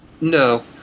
No